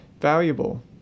valuable